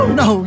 no